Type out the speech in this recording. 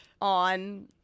on